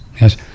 yes